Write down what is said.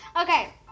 Okay